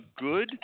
good